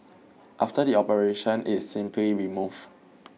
after the operation it is simply removed